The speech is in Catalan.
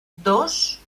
dos